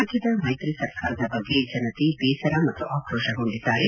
ರಾಜ್ವದ ಮೈತ್ರಿ ಸರ್ಕಾರದ ಬಗ್ಗೆ ಜನತೆ ಬೇಸರ ಮತ್ತು ಆಕ್ರೋಶಗೊಂಡಿದ್ದಾರೆ